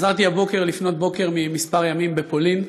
חזרתי הבוקר, לפנות בוקר, מכמה ימים בפולין.